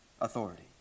authority